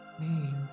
name